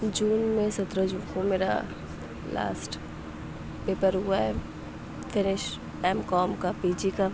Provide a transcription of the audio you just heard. جون میں سترہ جون کو میرا لاسٹ پیپر ہوا ہے فنیش ایم کوم کا پی جی کا